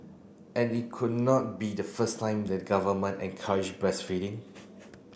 and it could not be the first time the government encouraged breastfeeding